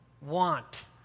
want